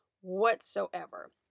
whatsoever